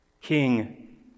King